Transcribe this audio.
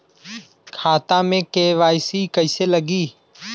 खाता में के.वाइ.सी कइसे लगी?